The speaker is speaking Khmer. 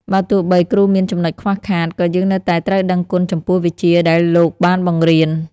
បើទោះបីគ្រូមានចំណុចខ្វះខាត ក៏យើងនៅតែត្រូវដឹងគុណចំពោះវិជ្ជាដែលលោកបានបង្រៀន។